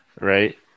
Right